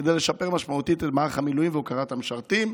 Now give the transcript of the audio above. כדי לשפר משמעותית את מערך המילואים ואת ההוקרה למשרתים.